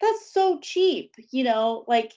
that's so cheap. you know like